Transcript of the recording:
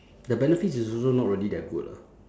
the benefits is also not really that good lah